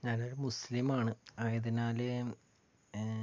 ഞാനൊരു മുസ്ലിമാണ് ആയതിനാല്